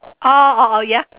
orh orh orh ya